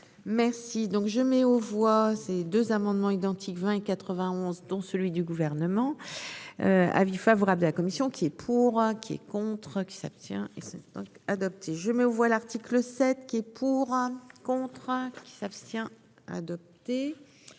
Merci donc je mets aux voix ces deux amendements identiques, 20 91. Dont celui du gouvernement. Avis favorable de la commission qui est pour. Qui est contre qui s'abstient et c'est